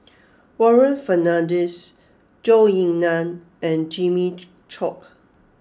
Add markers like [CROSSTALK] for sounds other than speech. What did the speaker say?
[NOISE] Warren Fernandez Zhou Ying Nan and Jimmy Chok